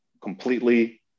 completely